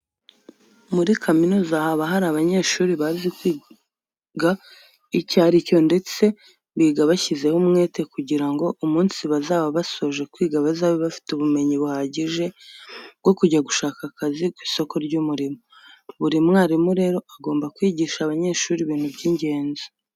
Muri kaminuza haba hari abanyeshuri bazi kwiga icyo ari cyo ndetse biga bashyizeho umwete kugira ngo umunsi bazaba basoje kwiga bazabe bafite ubumenyi buhagije bwo kujya gushaka akazi ku isoko ry'umurimo. Buri mwarimu rero agomba kwigisha abanyeshuri ibintu by'ingenzi.